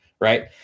right